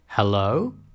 Hello